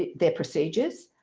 their procedures.